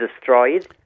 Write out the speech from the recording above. destroyed